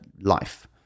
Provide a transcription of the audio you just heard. life